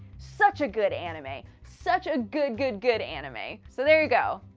such a good anime! such a good good good anime! so there you go.